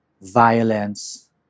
violence